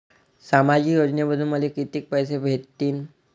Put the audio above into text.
सामाजिक योजनेमंधून मले कितीक पैसे भेटतीनं?